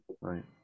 Right